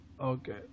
Okay